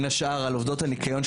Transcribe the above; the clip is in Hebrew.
על עובדות הניקיון,